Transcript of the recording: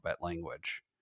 language